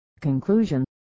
Conclusion